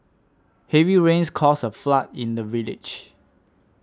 heavy rains caused a flood in the village